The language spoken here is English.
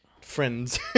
Friends